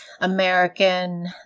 American